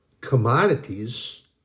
commodities